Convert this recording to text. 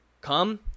come